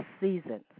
seasons